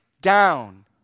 down